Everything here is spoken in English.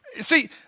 See